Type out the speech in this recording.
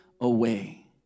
away